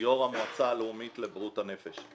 ויושב ראש המועצה הלאומית לבריאות הנפש.